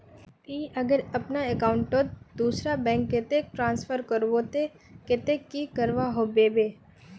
ती अगर अपना अकाउंट तोत दूसरा बैंक कतेक ट्रांसफर करबो ते कतेक की करवा होबे बे?